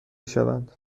شوند